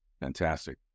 Fantastic